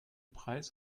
preis